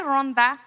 Ronda